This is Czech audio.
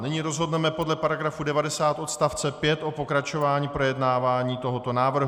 Nyní rozhodneme podle § 90 odst. 5 o pokračování projednávání tohoto návrhu.